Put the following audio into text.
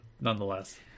nonetheless